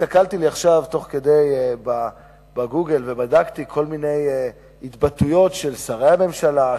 תוך כדי כך הסתכלתי ב"גוגל" ובדקתי כל מיני התבטאויות של שרי הממשלה,